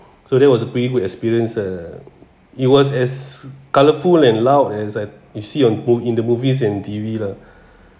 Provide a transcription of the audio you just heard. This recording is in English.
so that was a pretty good experience uh it was as colorful and loud as I you see on a book in the movies and T_V lah